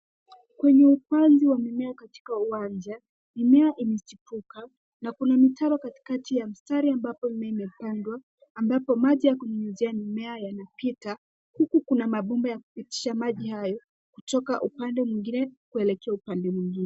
Kwenye upanzi wamimea katika uwanja mimea imejipuka na kuna mitaro katikati ya mistari mimea yamepandwa ambapo maji ya kunyunyizia yanapita huku kuna mapomba ya kupitia maji hayo kutoka upande mwingine kuelekea upande mwingine.